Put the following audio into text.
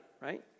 right